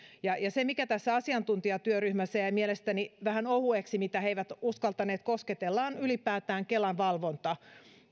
se mikä tässä asiantuntijatyöryhmässä jäi mielestäni vähän ohueksi mitä he eivät uskaltaneet kosketella on ylipäätään kelan valvonta